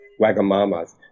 Wagamamas